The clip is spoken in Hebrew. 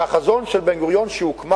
כשהוקמה